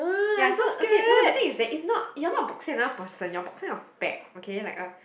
ya so okay no the thing is that is not you're not boxing another person you are boxing a bag okay like a